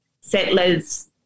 settlers